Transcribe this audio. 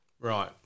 right